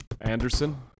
Anderson